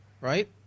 right